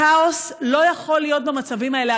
כאוס לא יכול להיות במצבים האלה.